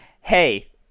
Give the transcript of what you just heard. hey